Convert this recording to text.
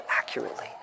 accurately